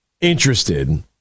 interested